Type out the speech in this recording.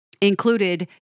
included